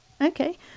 okay